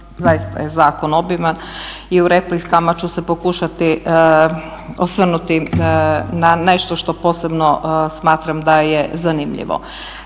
zaista je zakon obiman i u replikama ću se pokušati osvrnuti na nešto što posebno smatram da je zanimljivo.